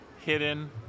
hidden